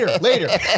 later